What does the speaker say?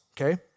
okay